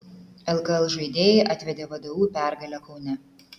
lkl žaidėjai atvedė vdu į pergalę kaune